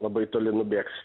labai toli nubėgs